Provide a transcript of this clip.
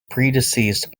predeceased